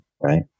right